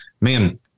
man